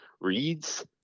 reads